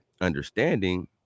understanding